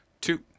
two